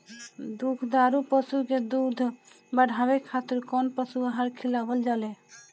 दुग्धारू पशु के दुध बढ़ावे खातिर कौन पशु आहार खिलावल जाले?